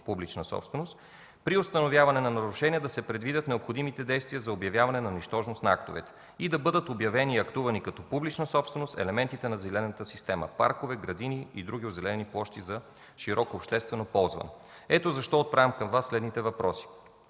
публична собственост, при установяване на нарушения да се предвидят необходимите действия за обявяване на нищожност на актовете и да бъдат обявени и актувани като публична собственост елементите на зелената система – паркове, градини и други озеленени площи за широко обществено ползване. Ето защо отправям към Вас следните въпроси: